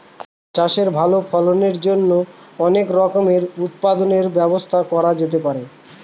চাষের ভালো ফলনের জন্য অনেক রকমের উৎপাদনের ব্যবস্থা করা যেতে পারে